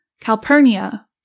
Calpurnia